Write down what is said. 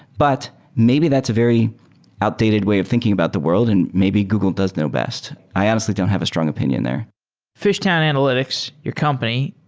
but maybe that's a very outdated way of thinking about the world, and maybe google does know best. i honestly don't have a strong opinion there fishtown analytics, your company,